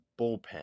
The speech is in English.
bullpen